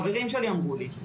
חברים שלי אמרו לי,